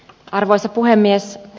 arvoisa puhemies